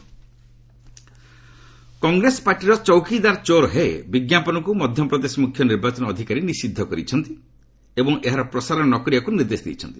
MP EC Congress ପାର୍ଟିର 'ଚୌକିଦାର ଚୋର୍ ହେି' ବିଜ୍ଞାପନକୁ ମଧ୍ୟପ୍ରଦେଶ ମୁଖ୍ୟ ନିର୍ବାଚନ ଅଧିକାରୀ ନିଷିଦ୍ଧ କରିଛନ୍ତି ଏବଂ ଏହାର ପ୍ରସାରଣ ନ କରିବାକୁ ନିର୍ଦ୍ଦେଶ ଦେଇଛନ୍ତି